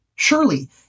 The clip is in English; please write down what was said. Surely